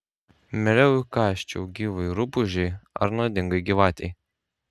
mieliau įkąsčiau gyvai rupūžei ar nuodingai gyvatei